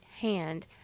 hand